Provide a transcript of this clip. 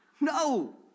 No